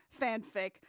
fanfic